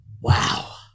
Wow